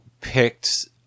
picked